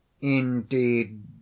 indeed